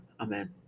Amen